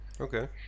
okay